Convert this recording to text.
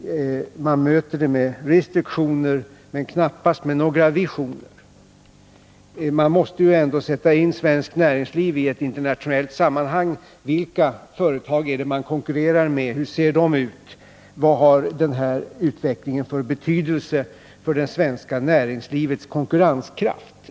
Man möter dem med krav på restriktioner men knappast med några visioner. Vi måste sätta in svenskt näringsliv i ett internationellt sammanhang och fråga oss: Vilka företag konkurrerar det svenska näringslivet med, och vad har denna utveckling för betydelse för dess konkurrenskraft?